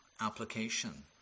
application